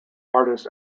artist